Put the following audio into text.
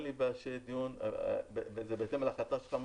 אין לי בעיה שיהיה דיון וזה בהתאם להחלטה שלך,